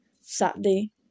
Saturday